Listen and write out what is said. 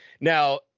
now